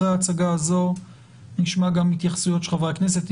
אחרי ההצגה הזו נשמע גם התייחסויות של חברי הכנסת,